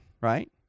right